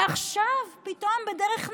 עכשיו, פתאום בדרך נס,